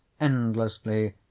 endlessly